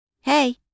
Hey